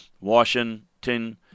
Washington